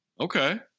Okay